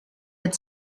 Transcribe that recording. had